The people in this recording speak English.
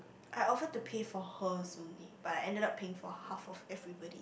I offered to pay for her's only but I ended up paying for half of everybody